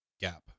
gap